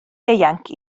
ieuanc